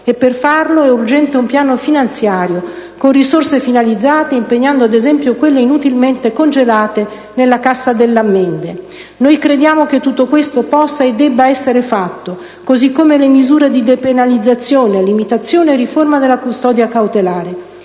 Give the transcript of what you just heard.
e, per farlo, è urgente un piano finanziario con risorse finalizzate, impegnando, ad esempio, quelle inutilmente congelate nella cassa delle ammende. Noi crediamo che tutto questo possa e debba essere fatto, così come misure di depenalizzazione, limitazione e riforma della custodia cautelare.